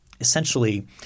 essentially